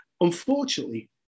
unfortunately